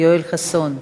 יואל חסון,